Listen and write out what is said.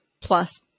plus